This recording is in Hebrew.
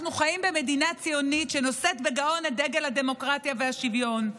אנחנו חיים במדינה ציונית שנושאת בגאון את דגל הדמוקרטיה והשוויון.